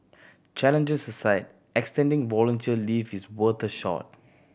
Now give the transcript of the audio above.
challenges aside extending volunteer leave is worth a shot